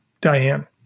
Diane